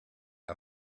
our